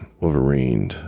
Wolverine